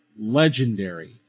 legendary